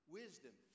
wisdom